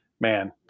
man